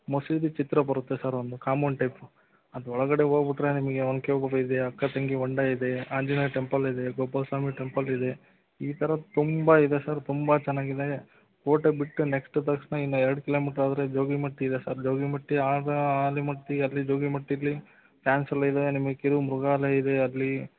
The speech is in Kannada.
ಮಸೀದಿ ಚಿತ್ರ ಬರುತ್ತೆ ಸರ್ ಒಂದು ಕಮಾನು ಟೈಪು ಅದರೊಳಗಡೆ ಹೋಗ್ಬಿಟ್ರೆ ನಿಮಗೆ ಒನಕೆ ಓಬವ್ವ ಇದೆ ಅಕ್ಕ ತಂಗಿ ಹೊಂಡ ಇದೆ ಆಂಜನೇಯ ಟೆಂಪಲ್ ಇದೆ ಗೋಪಾಲ್ ಸ್ವಾಮಿ ಟೆಂಪಲ್ ಇದೆ ಈ ಥರ ತುಂಬ ಇದೆ ಸರ್ ತುಂಬ ಚೆನ್ನಾಗಿದೆ ಕೋಟೆ ಬಿಟ್ಟು ನೆಕ್ಸ್ಟ್ ತಕ್ಷಣ ಇನ್ನು ಎರಡು ಕಿಲೋಮೀಟರ್ ಹೋದರೆ ಜೋಗಿಮಟ್ಟಿ ಇದೆ ಸರ್ ಜೋಗಿಮಟ್ಟಿ ಆದ ಆಲಿಮಟ್ಟಿ ಅಲ್ಲಿ ಜೋಗಿಮಟ್ಟಿಲಿ ಫ್ಯಾನ್ಸೆಲ್ಲ ಇದೆ ನಿಮಗೆ ಕಿರು ಮೃಗಾಲಯ ಇದೆ ಅಲ್ಲಿ